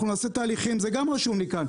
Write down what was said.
אנחנו נעשה תהליכים זה גם רשום לי כאן,